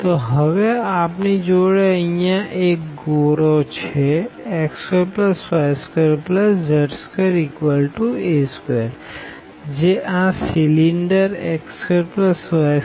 તો હવે આપણી જોડે અહિયાં એક ગોળો છે x2y2z2a2જે આ આ સિલિન્ડર x2y2ax